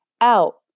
out